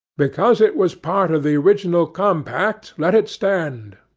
because it was part of the original compact let it stand.